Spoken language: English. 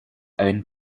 own